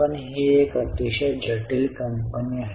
पण ही एक अतिशय जटिल कंपनी आहे